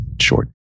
short